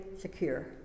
secure